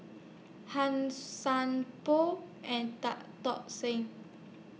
Han Sai Por and Tan Tock Seng